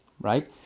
right